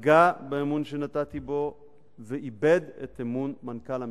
פגע באמון שנתתי בו ואיבד את אמון מנכ"ל המשרד,